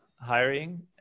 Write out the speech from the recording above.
hiring